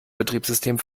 betriebssystem